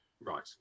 Right